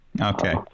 Okay